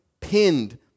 pinned